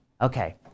Okay